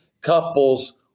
couples